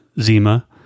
Zima